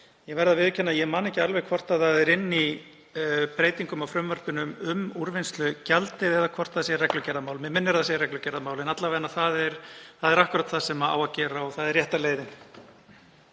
Ég verð að viðurkenna að ég man ekki alveg hvort það er inni í breytingum á frumvarpinu um úrvinnslugjaldið eða hvort það er reglugerðarmál. Mig minnir að það sé reglugerðarmál en það er einmitt það sem á að gera og það er rétta leiðin.